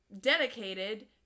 Dedicated